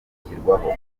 ishyirwaho